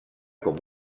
com